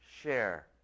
share